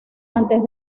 antes